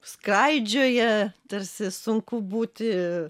skraidžioja tarsi sunku būti